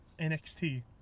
NXT